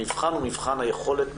המבחן הוא מבחן היכולת.